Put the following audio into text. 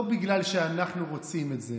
לא בגלל שאנחנו רוצים את זה,